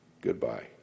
goodbye